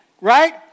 Right